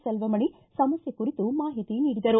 ಸೆಲ್ವಮಣಿ ಸಮಸ್ಥೆ ಕುರಿತು ಮಾಹಿತಿ ನೀಡಿದರು